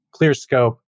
ClearScope